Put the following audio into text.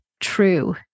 true